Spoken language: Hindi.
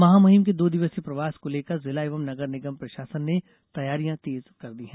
महामहिम के दो दिवसीय प्रवास को लेकर जिला एवं नगर निगम प्रशासन ने तैयारियां तेज कर दी है